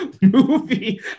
movie